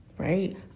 right